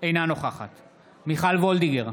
אינה נוכחת מיכל וולדיגר,